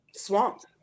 Swamp